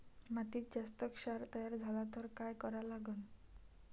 मातीत जास्त क्षार तयार झाला तर काय करा लागन?